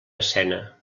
escena